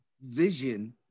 vision